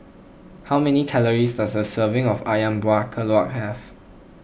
how many calories does a serving of Ayam Buah Keluak have